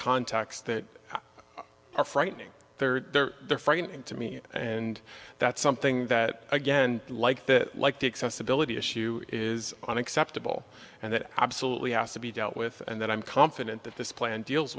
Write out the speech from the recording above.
context that are frightening there are frightening to me and that's something that again like that like the excess ability issue is unacceptable and it absolutely has to be dealt with and that i'm confident that this plan deals